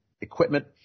equipment